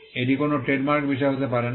এটি কোনও ট্রেডমার্কের বিষয় হতে পারে না